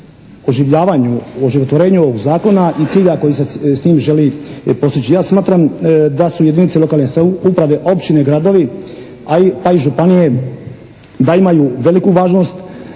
oživljavanju, oživotvorenju ovog Zakona i cilja koji se s tim želi postići. Ja smatram da su jedinice lokalne samouprave općine i gradovi, pa i županije da imaju veliku važnost,